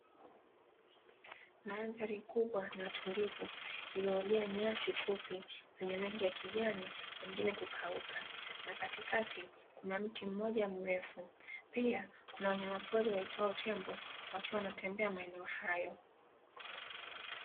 Mandhari kubwa na tulivu, iliyojaa nyasi fupi zenye rangi ya kijani na nyingine kukauka, na katikati kuna mti mmoja mrefu, pia kuna wanyamapori waitwao tembo wakiwa wanatembea maeneo hayo.